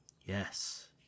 yes